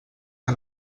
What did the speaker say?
que